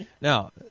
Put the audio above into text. now